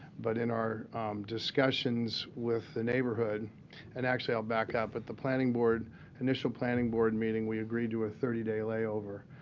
but in our discussions with the neighborhood and actually i'll back up at the planning board initial planning board meeting we agreed to a thirty day layover.